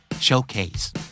showcase